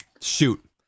shoot